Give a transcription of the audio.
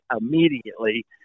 immediately